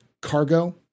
Cargo